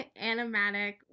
animatic